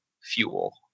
fuel